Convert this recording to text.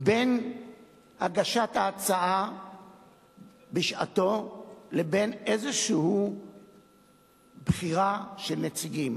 בין הגשת ההצעה בשעתה לבין איזו בחירה של נציגים.